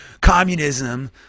communism